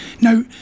Now